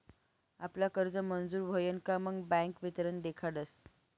आपला कर्ज मंजूर व्हयन का मग बँक वितरण देखाडस